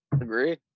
Agree